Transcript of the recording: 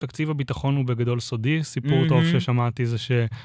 תקציב הביטחון הוא בגדול סודי, סיפור טוב ששמעתי זה ש...